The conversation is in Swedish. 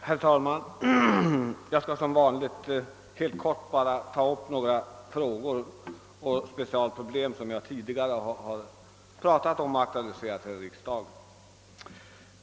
Herr talman! Jag skall som vanligt bara helt kort ta upp några frågor och specialproblem som jag tidigare har berört här i riksdagen.